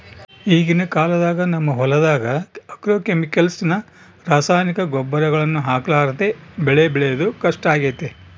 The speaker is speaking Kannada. ಈಗಿನ ಕಾಲದಾಗ ನಮ್ಮ ಹೊಲದಗ ಆಗ್ರೋಕೆಮಿಕಲ್ಸ್ ನ ರಾಸಾಯನಿಕ ಗೊಬ್ಬರಗಳನ್ನ ಹಾಕರ್ಲಾದೆ ಬೆಳೆ ಬೆಳೆದು ಕಷ್ಟಾಗೆತೆ